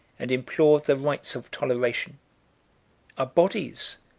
and implored the rights of toleration our bodies,